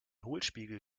hohlspiegel